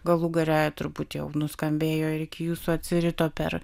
galų gale turbūt jau nuskambėjo ir iki jūsų atsirito per